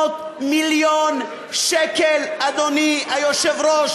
זה פשוט מדהים, 300 מיליון שקל, אדוני היושב-ראש.